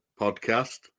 podcast